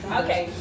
okay